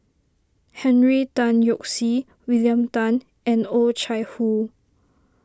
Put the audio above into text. Henry Tan Yoke See William Tan and Oh Chai Hoo